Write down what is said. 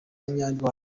inyarwanda